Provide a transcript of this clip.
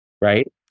Right